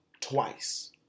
twice